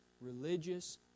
religious